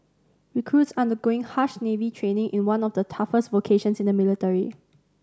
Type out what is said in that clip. recruits undergoing harsh Navy training in one of the toughest vocations in the military